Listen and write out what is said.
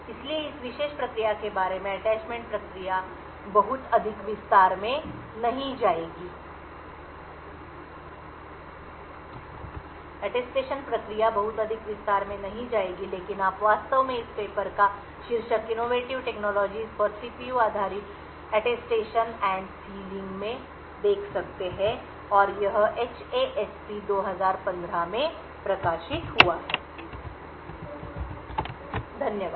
इसलिए इस विशेष प्रक्रिया के बारे में अटेस्टेशन प्रक्रिया बहुत अधिक विस्तार में नहीं जाएगी लेकिन आप वास्तव में इस पेपर का शीर्षक इनोवेटिव टेक्नोलॉजीज फॉर सीपीयू आधारित अटेस्टेशन एंड सीलिंग देख सकते हैं और यह एचएएसपी 2015 में प्रकाशित हुआ था धन्यवाद